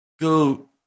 Go